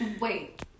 Wait